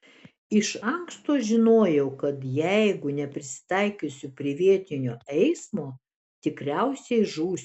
iš anksto žinojau kad jeigu neprisitaikysiu prie vietinio eismo tikriausiai žūsiu